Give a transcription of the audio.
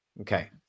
Okay